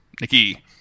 Nikki